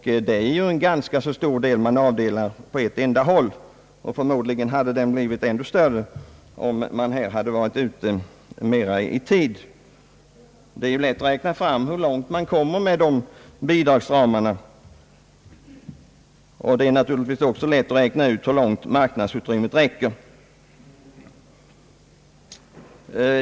Det är en ganska så stor del man avdelar på ett enda företag, och förmodligen hade den blivit ännu större om vederbörande varit ute mera i tid. Det är lätt att räkna fram hur långt man kommer med de bidragsramarna om så stora krediter skall lämnas på en hand, liksom även hur långt marknadsutrymmet räcker.